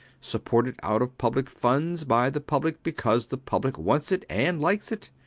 supported out of public funds by the public because the public wants it and likes it.